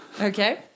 Okay